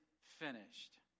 finished